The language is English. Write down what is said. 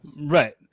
Right